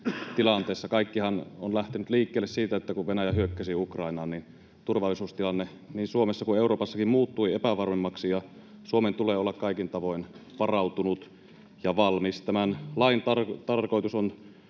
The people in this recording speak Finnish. tilanteessa. Kaikkihan on lähtenyt liikkeelle siitä, että kun Venäjä hyökkäsi Ukrainaan, niin turvallisuustilanne niin Suomessa kuin Euroopassakin muuttui epävarmemmaksi, ja Suomen tulee olla kaikin tavoin varautunut ja valmis. Tämän lain tarkoitus on